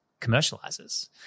commercializes